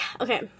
okay